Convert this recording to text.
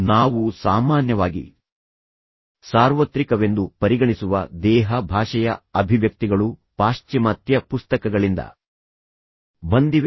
ನಾವು ಸಾಮಾನ್ಯವಾಗಿ ಸಾರ್ವತ್ರಿಕವೆಂದು ಪರಿಗಣಿಸುವ ದೇಹ ಭಾಷೆಯ ಅಭಿವ್ಯಕ್ತಿಗಳು ಪಾಶ್ಚಿಮಾತ್ಯ ಪುಸ್ತಕಗಳಿಂದ ಬಂದಿವೆ